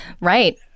Right